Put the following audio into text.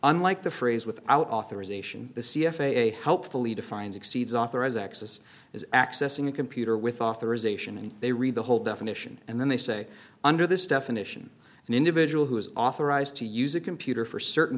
unlike the phrase without authorization the c f a hopefully defines exceeds authorized access as accessing a computer with authorization and they read the whole definition and then they say under this definition an individual who is authorized to use a computer for certain